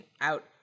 out